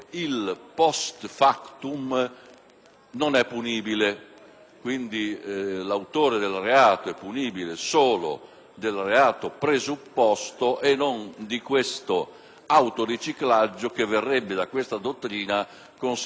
punibile. L'autore del reato, quindi, è punibile solo del reato presupposto e non di questo autoriciclaggio che verrebbe da tale dottrina considerato *post factum*.